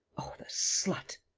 oh, the slut.